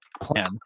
plan